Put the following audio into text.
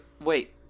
wait